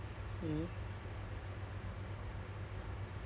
so F_T_T I'm taking my F_T_T now